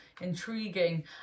Intriguing